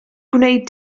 gwneud